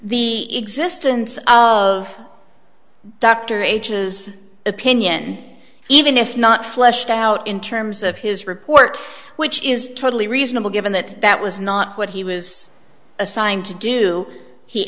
the existence of dr ages opinion and even if not fleshed out in terms of his report which is totally reasonable given that that was not what he was assigned to do he